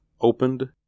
opened